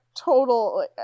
Total